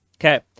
okay